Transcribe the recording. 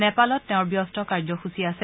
নেপালত তেওঁৰ ব্যস্ত কাৰ্যসূচী আছে